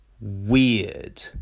weird